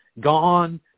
gone